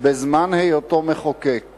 בזמן היותו מחוקק